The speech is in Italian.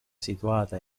situata